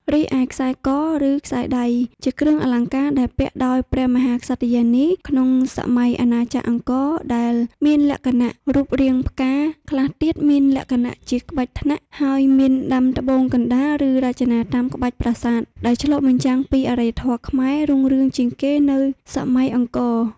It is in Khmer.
រីឯខ្សែក ឬខ្សែដៃជាគ្រឿងអលង្ការដែលពាក់ដោយព្រះមហាក្សត្រិយានីក្នុងសម័យអាណាចក្រអង្គរដែលមានលក្ខណៈរូបរាងផ្កា ខ្លះទៀតមានលក្ខណៈជាក្បាច់ថ្នាក់ហើយមានដាំត្បូងកណ្តាលឬរចនាតាមក្បាច់ប្រាសាទ ដែលឆ្លុះបញ្ចាំពីអរិយធម៌ខ្មែររុងរឿងជាងគេនៅសម័យអង្គរ។